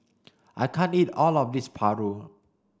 I can't eat all of this Paru